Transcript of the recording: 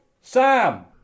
Sam